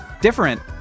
different